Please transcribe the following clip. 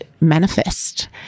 manifest